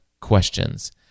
questions